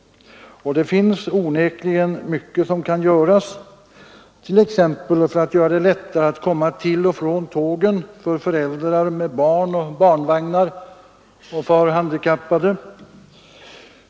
Och det finns onekligen mycket som kan göras, t.ex. för att underlätta att komma till och från tågen för föräldrar med barn och barnvagnar och för handikappade.